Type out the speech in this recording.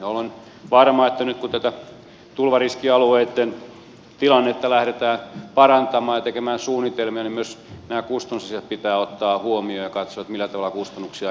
olen varma että nyt kun tätä tulvariskialueitten tilannetta lähdetään parantamaan ja tekemään suunnitelmia niin myös nämä kustannusasiat pitää ottaa huomioon ja katsoa millä tavalla kustannuksia jaetaan